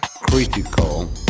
Critical